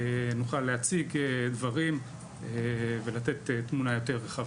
נוכל להציג דברים ולתת תמונה יותר רחבה.